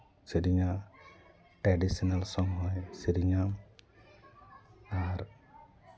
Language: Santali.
ᱥᱮ ᱨᱮ ᱧᱟ ᱴᱨᱟᱰᱤᱥᱳᱱᱟᱞ ᱥᱚᱝ ᱦᱚᱭ ᱥᱮ ᱨᱮ ᱧᱟ ᱟᱨ